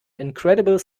incredible